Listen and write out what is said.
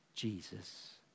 Jesus